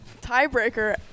Tiebreaker